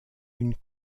une